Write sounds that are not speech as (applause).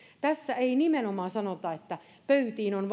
tässä ei nimenomaan sanota että pöytiin on (unintelligible)